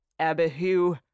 Abihu